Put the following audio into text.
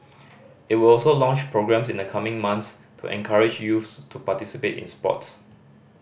it will also launch programmes in the coming month to encourage youth to participate in sports